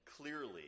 clearly